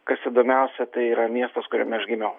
kas įdomiausia tai yra miestas kuriame aš gimiau